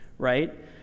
right